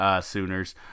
Sooners